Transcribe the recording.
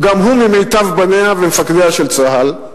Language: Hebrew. גם הוא ממיטב בניה ומפקדיה של צה"ל,